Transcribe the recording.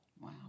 Wow